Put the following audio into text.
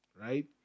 right